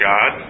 God